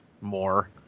more